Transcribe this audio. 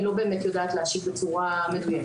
אני לא באמת יודעת להשיב בצורה מדויקת.